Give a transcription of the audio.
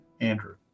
Andrew